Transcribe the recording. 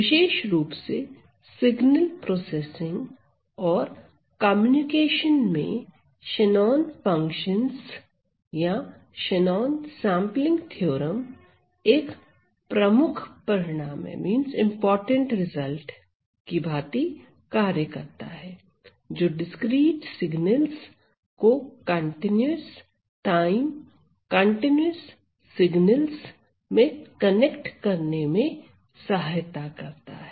विशेष रुप से signal processing और कम्युनिकेशन में शेनॉन फंक्शंस या शेनॉन सेंपलिंग थ्योरम एक प्रमुख परिणाम की भांति कार्य करता है जो डिस्क्रीट सिगनल्स को कंटीन्यूअस टाइम कंटीन्यूअस सिगनल्स में कनेक्ट करने में सहायता करता है